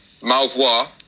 Malvois